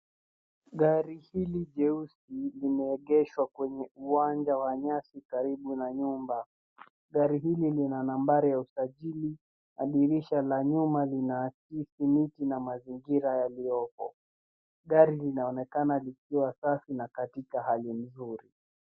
Gari hili jeusi limeegsehwa kwenye uwanja wa nyasi karibu na nyumba. Gari hili lina nambari ya usajili na dirisha la nyuma linaakisi miti na mazingira yaliyopo. Gari linaonekana likiwa safi na katika hali nzuri.